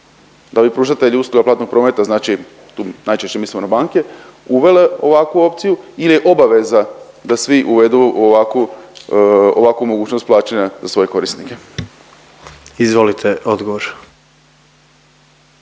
da bi pružatelji usluga platnog prometa, znači tu najčešće mislimo na banke, uvele ovakvu opciju il je obaveza da svi uvedu ovakvu, ovakvu mogućnost plaćanja za svoje korisnike? **Jandroković,